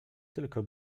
tylko